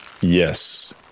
Yes